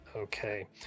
okay